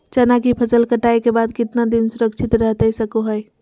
चना की फसल कटाई के बाद कितना दिन सुरक्षित रहतई सको हय?